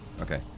Okay